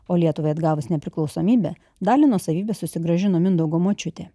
o lietuvai atgavus nepriklausomybę dalį nuosavybės susigrąžino mindaugo močiutė